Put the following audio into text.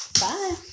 Bye